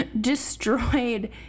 destroyed